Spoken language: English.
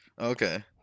Okay